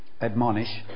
Admonish